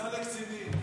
יצאה לקצינים.